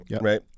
right